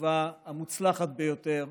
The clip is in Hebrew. הטובה והמוצלחת ביותר,